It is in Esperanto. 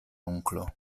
onklo